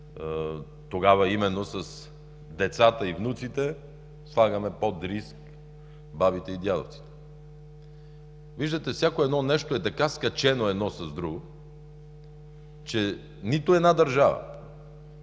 тогава именно с децата и внуците слагаме под риск бабите и дядовците. Виждате, всяко едно нещо е така скачено едно с друго, че нито една държава